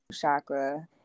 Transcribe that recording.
chakra